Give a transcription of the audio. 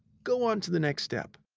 go on to the next step.